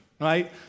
right